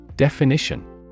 Definition